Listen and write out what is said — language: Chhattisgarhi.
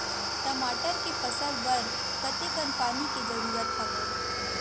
टमाटर के फसल बर कतेकन पानी के जरूरत हवय?